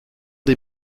des